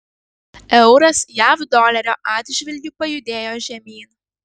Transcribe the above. euras jav dolerio atžvilgiu pajudėjo žemyn